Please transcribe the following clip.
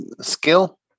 Skill